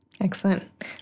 Excellent